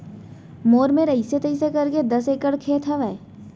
मोर मेर अइसे तइसे करके दस एकड़ खेत हवय